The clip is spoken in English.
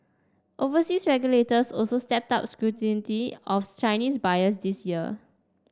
overseas regulators also stepped up scrutiny of Chinese buyers this year